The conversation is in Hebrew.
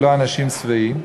ולא אנשים שבעים,